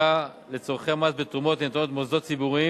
לצורכי מס בתרומות הניתנות למוסדות ציבוריים.